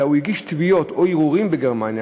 אלא הוא הגיש תביעות או ערעורים בגרמניה